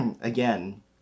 again